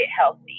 healthy